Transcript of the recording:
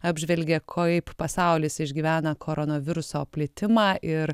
apžvelgia kaip pasaulis išgyvena koronaviruso plitimą ir